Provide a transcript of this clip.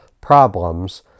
problems